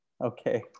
Okay